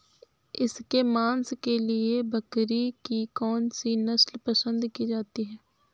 इसके मांस के लिए बकरी की कौन सी नस्ल पसंद की जाती है?